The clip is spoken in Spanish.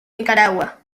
nicaragua